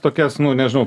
tokias nu nežinau